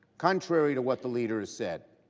contrary to what the leader has said,